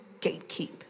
gatekeep